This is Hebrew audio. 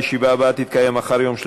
הישיבה הבאה תתקיים מחר,